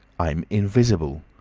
i'm invisible.